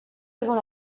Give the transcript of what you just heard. devant